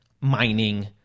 mining